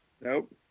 Nope